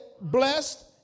blessed